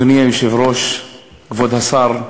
אדוני היושב-ראש, כבוד השר,